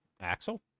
Axel